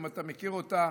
אם אתה מכיר אותה,